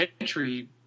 entry